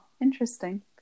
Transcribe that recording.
interesting